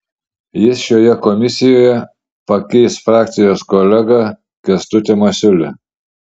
jis šioje komisijoje pakeis frakcijos kolegą kęstutį masiulį